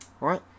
right